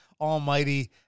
almighty